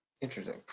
interesting